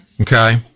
Okay